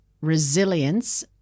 resilience